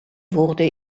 wurde